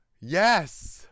Yes